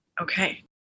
okay